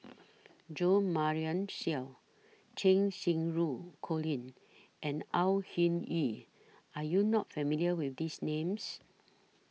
Jo Marion Seow Cheng Xinru Colin and Au Hing Yee Are YOU not familiar with These Names